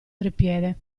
treppiede